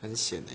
很 sian leh